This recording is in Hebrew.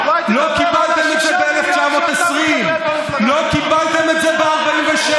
לא קיבלתם את זה ב-1920, לא קיבלתם את זה ב-1947,